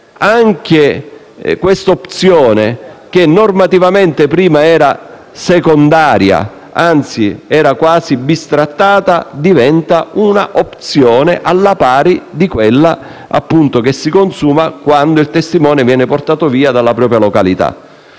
anche questa opzione che, normativamente, prima era secondaria - anzi era quasi bistrattata - diventa una opzione alla pari di quella che si consuma quando il testimone viene portato via dalla propria località.